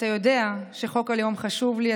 אתה יודע שחוק הלאום חשוב לי,